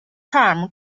charm